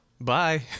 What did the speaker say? Bye